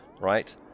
right